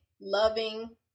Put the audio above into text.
loving